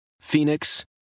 Phoenix